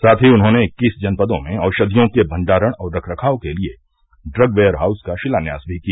साथ ही उन्होंने इक्कीस जनपदों में औषधियों के भण्डारण और रख रखाव के लिये ड्रग वेयर हाउस का शिलान्यास भी किया